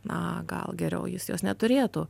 na gal geriau jis jos neturėtų